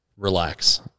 relax